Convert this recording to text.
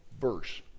verse